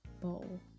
bowl